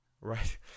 right